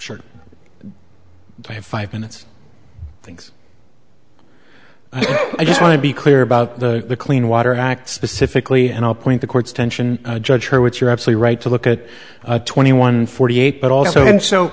sure i have five minutes things i just want to be clear about the clean water act specifically and i'll point the court's attention judge here which you're absolutely right to look at twenty one forty eight but also and so